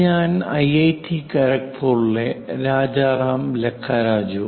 ഞാൻ ഐഐടി ഖരഗ്പൂരിലെ രാജരാം ലക്കരാജു